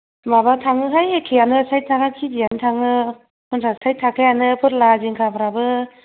माबा थाङोहाय एखेआनो सायथाखा केजिआनो थाङो फन्सास साइथ थाखायानो फोरला जिंखाफ्राबो